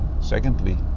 secondly